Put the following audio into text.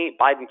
Biden